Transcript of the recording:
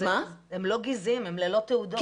הם ללא תעודות.